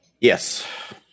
Yes